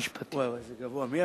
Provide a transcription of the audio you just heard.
לוועדת הכספים נתקבלה.